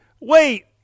wait